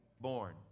born